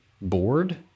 board